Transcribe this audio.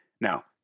Now